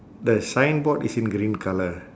the signboard is in green colour